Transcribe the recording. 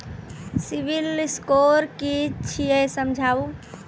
Civil score कि छियै समझाऊ?